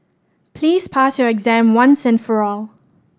please pass your exam once and for all